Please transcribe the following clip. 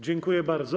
Dziękuję bardzo.